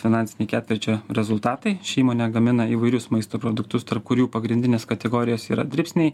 finansiniai ketvirčio rezultatai ši įmonė gamina įvairius maisto produktus tarp kurių pagrindinės kategorijos yra dribsniai